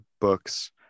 books